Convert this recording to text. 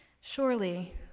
Surely